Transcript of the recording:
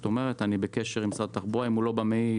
אני בקשר עם משרד התחבורה ואם הוא לא במאיץ,